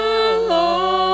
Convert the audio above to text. alone